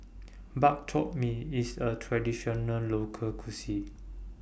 Bak Chor Mee IS A Traditional Local Cuisine